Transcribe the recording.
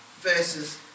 versus